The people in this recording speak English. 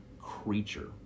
creature